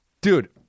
Dude